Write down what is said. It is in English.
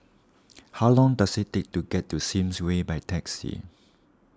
how long does it take to get to Sims Way by taxi